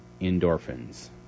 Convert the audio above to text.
endorphins